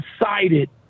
decided